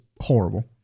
horrible